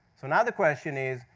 so now the question is,